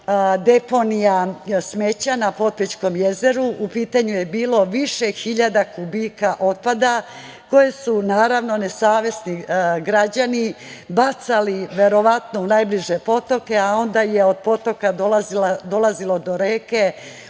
deponija smeća na Potpećkom jezeru. U pitanju je bilo više hiljada kubika otpada koje su naravno, nesavesni građani bacali, verovatno u najbliže potoke, a onda je od potoka dolazilo do reke,